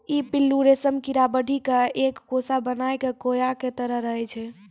ई पिल्लू रेशम कीड़ा बढ़ी क एक कोसा बनाय कॅ कोया के तरह रहै छै